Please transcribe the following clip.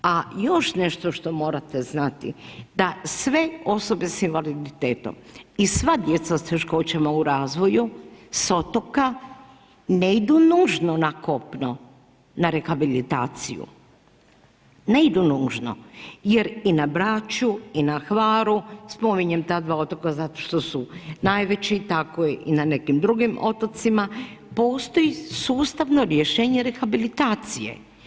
A još nešto što morate znati da sve osobe sa invaliditetom i sva djeca sa teškoćama u razvoju sa otoka ne idu nužno na kopno na rehabilitaciju, ne idu nužno jer i na Braču i na Hvaru, spominjem ta dva otoka zato što su najveći, tako i na nekim drugim otocima postoji sustavno rješenje rehabilitacije.